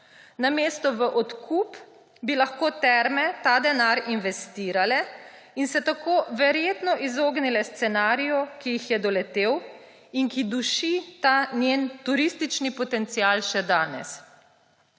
Namesto v odkup bi lahko Terme ta denar investirale in se tako verjetno izognile scenariju, ki jih je doletel in ki duši ta njihov turistični potencial še danes.